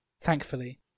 thankfully